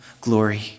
glory